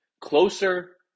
Closer